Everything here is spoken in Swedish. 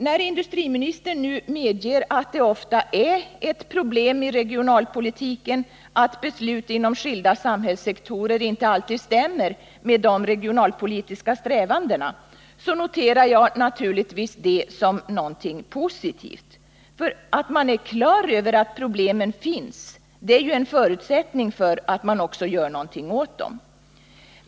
När industriministern nu medger att det ofta är ett problem i regionalpoliltiken att beslut inom skilda samhällssektorer inte alltid stämmer med de regionalpolitiska strävandena, så noterar jag naturligtvis det som positivt. Att man är klar över att problemen finns är ju en förutsättning för att man också gör något åt dem.